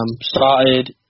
started